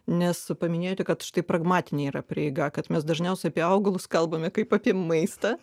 nes paminėjote kad štai pragmatinė yra prieiga kad mes dažniausiai apie augalus kalbame kaip apie maistą